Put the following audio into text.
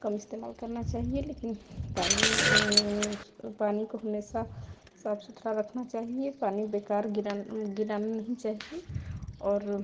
कम इस्तेमाल करना चाहिए लेकिन पानी उस पानी को हमेशा साफ़ सुथरा रखना चाहिए पानी बेकार गिरा गिराना नहीं चाहिए और